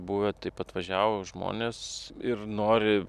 buvę taip atvažiavo žmonės ir nori